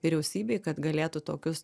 vyriausybei kad galėtų tokius